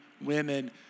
women